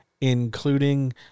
including